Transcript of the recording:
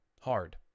hard